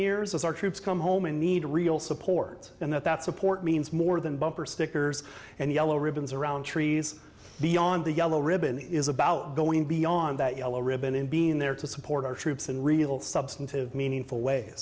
years as our troops come home and need real support and that support means more than bumper stickers and yellow ribbons around trees beyond the yellow ribbon is about going beyond that yellow ribbon and being there to support our troops and real substantive meaningful way